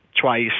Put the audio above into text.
twice